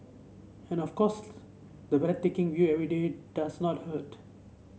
and of course the taking view every day does not hurt